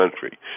country